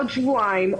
עוד שבועיים,